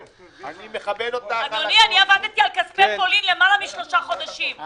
אני עבדתי על כספי פולין למעלה משלושה חודשים,